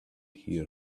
hear